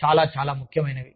చాలా చాలా చాలా ముఖ్యమైనది